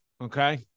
okay